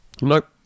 Nope